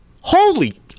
holy